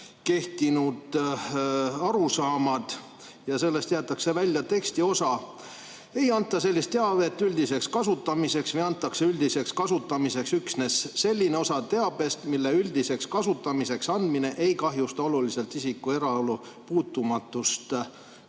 kehtinud arusaamad ja sellest jäetakse välja tekstiosa: "ei anta sellist teavet üldiseks kasutamiseks või antakse üldiseks kasutamiseks üksnes selline osa teabest, mille üldiseks kasutamiseks andmine ei kahjusta oluliselt isiku eraelu puutumatust,